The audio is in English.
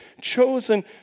chosen